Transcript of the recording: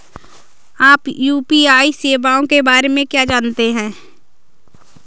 आप यू.पी.आई सेवाओं के बारे में क्या जानते हैं?